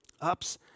Ups